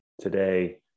today